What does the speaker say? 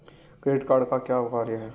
Credit card का क्या कार्य है?